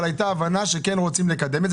אבל הייתה הבנה שכן רוצים לקדם את זה,